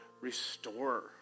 restore